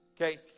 Okay